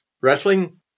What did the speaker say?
wrestling